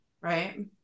right